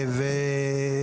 הסוחר.